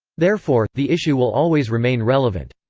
therefore, the issue will always remain relevant.